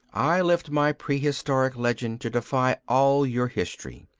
i lift my prehistoric legend to defy all your history.